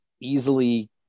easily